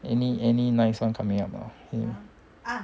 any any nice one coming up or not hmm